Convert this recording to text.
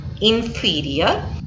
inferior